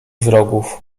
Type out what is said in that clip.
wrogów